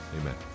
Amen